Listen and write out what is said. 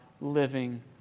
living